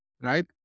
right